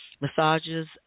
massages